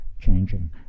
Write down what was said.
changing